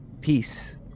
Peace